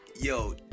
Yo